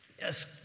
Yes